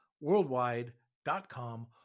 worldwide.com